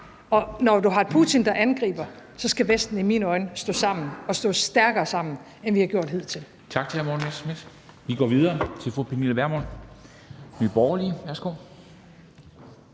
Og når vi har Putin, der angriber, skal Vesten i mine øjne stå sammen og stå stærkere sammen, end vi har gjort hidtil.